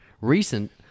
Recent